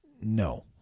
No